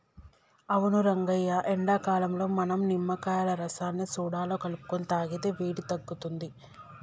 అవును రంగయ్య ఎండాకాలంలో మనం నిమ్మకాయ రసాన్ని సోడాలో కలుపుకొని తాగితే వేడి తగ్గుతుంది